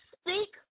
speak